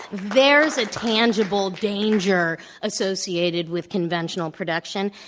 there is a tangible danger associated with conventional production.